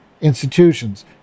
institutions